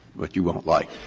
but you won't like